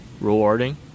Rewarding